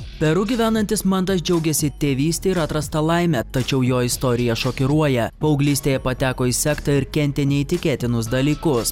peru gyvenantis mantas džiaugiasi tėvyste ir atrasta laime tačiau jo istorija šokiruoja paauglystėje pateko į sektą ir kentė neįtikėtinus dalykus